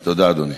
תודה, אדוני.